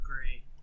great